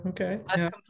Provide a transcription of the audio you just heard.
Okay